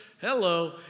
Hello